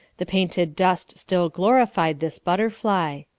the painted dust still glorified this butterfly.